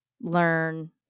learn